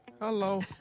Hello